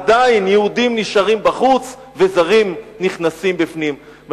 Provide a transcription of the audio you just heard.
עדיין יהודים נשארים בחוץ וזרים נכנסים פנימה.